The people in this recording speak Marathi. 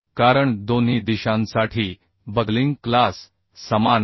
कारण दोन्ही दिशांसाठी बकलिंग क्लास समान आहे